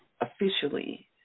officially